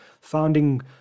founding